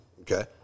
okay